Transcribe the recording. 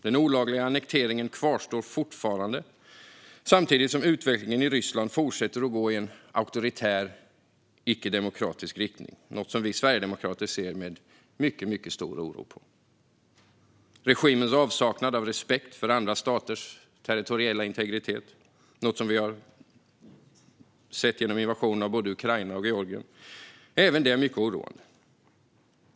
Den olagliga annekteringen kvarstår fortfarande, samtidigt som utvecklingen i Ryssland fortsätter att gå i en auktoritär icke-demokratisk riktning. Det är något som vi sverigedemokrater ser med mycket stor oro på. Regimens avsaknad av respekt för andra staters territoriella integritet - något som vi har sett genom invasionen av både Ukraina och Georgien - är mycket oroande.